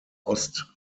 ost